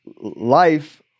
life